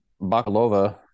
bakalova